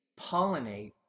pollinate